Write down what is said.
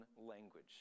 language